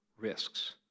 risks